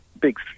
big